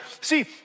See